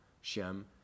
Shem